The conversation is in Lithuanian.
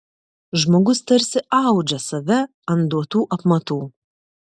žmogus tarsi audžia save ant duotų apmatų